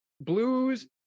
Blues